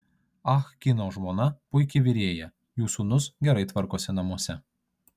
ah kino žmona puiki virėja jų sūnus gerai tvarkosi namuose